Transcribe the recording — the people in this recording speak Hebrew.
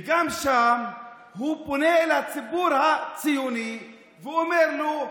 וגם שם הוא פונה אל הציבור הציוני והוא אומר לו: